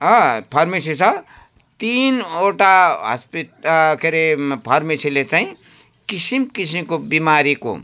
हो फार्मेसी छ तिनवटा हस्पी के अरे फार्मेसीले चाहिँ किसिम किसिमको बिमारीको